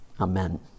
Amen